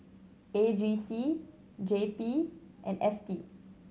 A G C J P and F T